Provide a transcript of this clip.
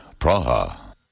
Praha